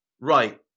Right